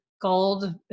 gold